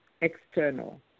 external